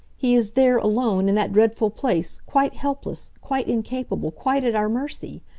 he is there, alone, in that dreadful place, quite helpless, quite incapable, quite at our mercy.